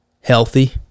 healthy